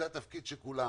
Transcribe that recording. זה התפקיד של כולם